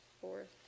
fourth